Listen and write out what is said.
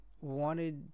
wanted